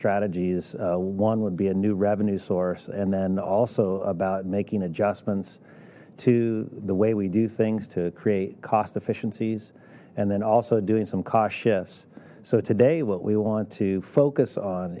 strategies one would be a new revenue source and then also about making adjustments to the way we do things to create cost efficiencies and then also doing some cost shifts so today what we want to focus on